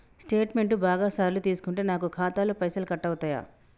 Statement బాగా సార్లు తీసుకుంటే నాకు ఖాతాలో పైసలు కట్ అవుతయా?